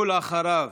ואחריו,